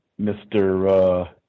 Mr